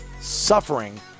Suffering